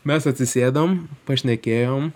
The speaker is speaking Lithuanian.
mes atsisėdom pašnekėjom